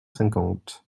cinquante